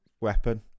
weapon